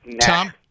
tom